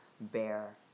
bear